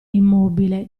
immobile